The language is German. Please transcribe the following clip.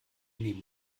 nehmen